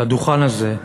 לדוכן הזה,